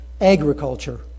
agriculture